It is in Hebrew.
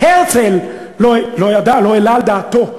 והרצל לא ידע, לא העלה על דעתו,